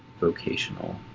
vocational